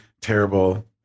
terrible